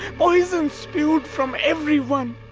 poison spewed from every one.